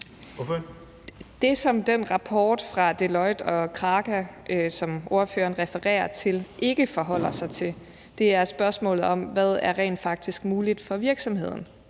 (S): Det, som den rapport fra Deloitte og Kraka, som ordføreren refererer til, ikke forholder sig til, er spørgsmålet om, hvad der rent faktisk er muligt for virksomheden,